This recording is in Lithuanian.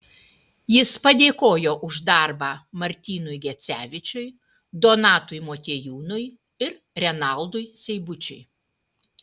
jis padėkojo už darbą martynui gecevičiui donatui motiejūnui ir renaldui seibučiui